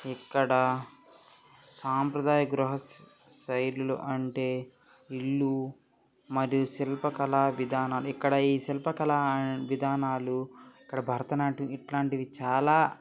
ఇక్కడ సాంప్రదాయ గృహ శైలిలు అంటే ఇల్లు మరియు శిల్పకళా విధానాలు ఇక్కడ ఈ శిల్పకళా విధానాలు ఇక్కడ భరతనాట్యం ఇట్లాంటివి చాలా